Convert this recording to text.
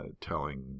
telling